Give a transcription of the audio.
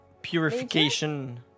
Purification